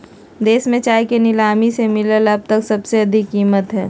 देश में चाय के नीलामी में मिलल अब तक सबसे अधिक कीमत हई